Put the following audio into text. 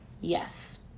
yes